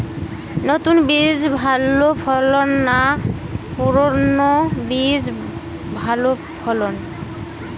নতুন বীজে ভালো ফলন না পুরানো বীজে ভালো ফলন?